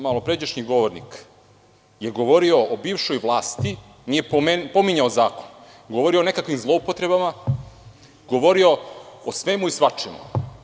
Malopređašnji govornik je govorio o bivšoj vlasti, nije pominjao zakon, govorio je o nekakvim zloupotrebama, govorio je o svemu i svačemu.